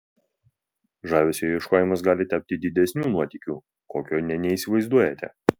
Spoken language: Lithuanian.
žavesio ieškojimas gali tapti didesniu nuotykiu kokio nė neįsivaizduojate